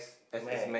Mac